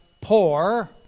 poor